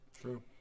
True